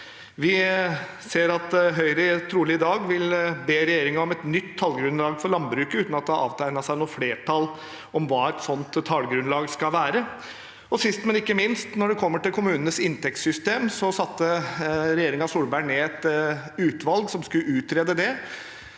Vi ser at Høyre trolig i dag vil be regjeringen om et nytt tallgrunnlag for landbruket, uten at det har avtegnet seg noe flertall om hva et sånt tallgrunnlag skal være. Sist, men ikke minst: Når det gjelder kommunenes inntektssystem, satte regjeringen Solberg ned et utvalg som skulle utrede det.